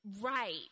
Right